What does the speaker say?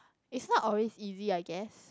it's not always easy I guess